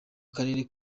karere